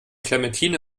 clementine